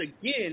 again